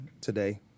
today